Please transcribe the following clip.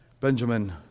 Benjamin